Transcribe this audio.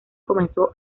comenzó